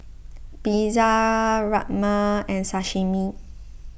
Pizza Rajma and Sashimi